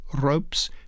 ropes